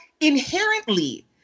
inherently